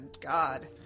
God